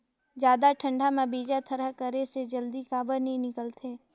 जादा ठंडा म बीजा थरहा करे से जल्दी काबर नी निकलथे?